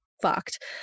fucked